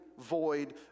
void